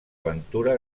ventura